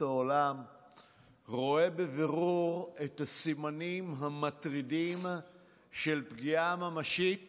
העולם רואה בבירור את הסימנים המטרידים של פגיעה ממשית